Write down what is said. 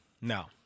Now